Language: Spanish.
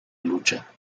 lucha